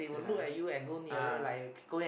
yeah ah